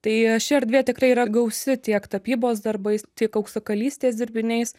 tai ši erdvė tikrai yra gausi tiek tapybos darbais tiek auksakalystės dirbiniais